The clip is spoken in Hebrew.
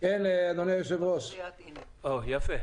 נמצא איתנו בזום.